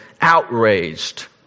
outraged